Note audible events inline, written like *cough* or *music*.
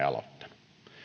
*unintelligible* aloittanut